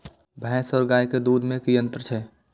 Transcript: भैस और गाय के दूध में कि अंतर छै?